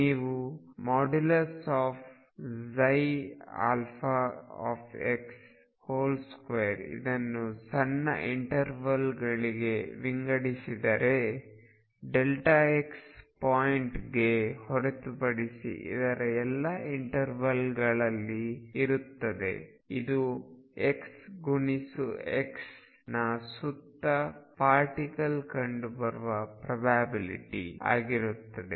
ನೀವು 2ಇದನ್ನು ಸಣ್ಣ ಇಂಟರ್ವಲ್ಗಳಿಗೆ ವಿಂಗಡಿಸಿದರೆ x ಪಾಯಿಂಟ್ಗೆ ಹೊರತುಪಡಿಸಿ ಇದರ ಎಲ್ಲ ಇಂಟರ್ವಲ್ಗಳಲ್ಲಿ ಇರುತ್ತದೆ ಇದು x ಗುಣಿಸು x ನ ಸುತ್ತ ಪಾರ್ಟಿಕಲ್ ಕಂಡುಬರುವ ಪ್ರೊಬ್ಯಾಬಿಲ್ಟಿ ಆಗಿರುತ್ತದೆ